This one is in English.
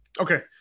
Okay